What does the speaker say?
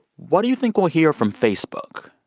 what do you think we'll hear from facebook?